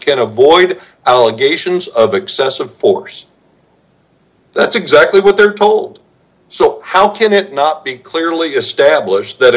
can avoid allegations of excessive force that's exactly what they're told so how can it not be clearly established that